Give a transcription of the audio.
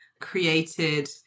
created